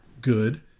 good